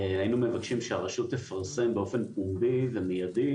היינו מבקשים שהרשות תפרסם באופן פומבי ומיידי